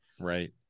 Right